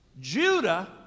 Judah